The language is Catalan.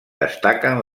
destaquen